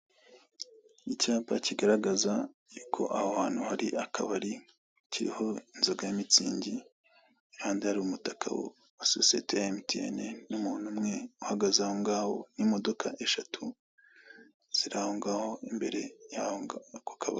Icyapa kigaragaza y'uko aho hantu hari akabari cyiriho inzoga ya mitsingi impande hari umutaka wa sosiyete ya emutiyeni n'umuntu umwe uhagaze aho ngaho n'imodoka eshatu ziri aho ngaho imbere y'ako kabari.